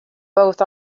both